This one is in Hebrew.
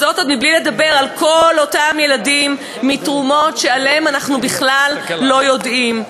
וזה בלי לדבר על כל אותם ילדים מתרומות שעליהם אנחנו בכלל לא יודעים.